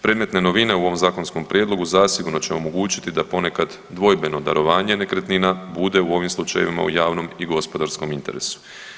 Predmetna novina u ovom zakonskom prijedlogu zasigurno će omogućiti da ponekad dvojbeno darovanje nekretnina bude u ovim slučajevima u javnom i gospodarskom interesu.